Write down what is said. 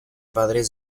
padre